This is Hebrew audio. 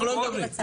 אנחנו לא מדברים,